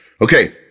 Okay